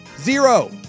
Zero